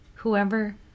whoever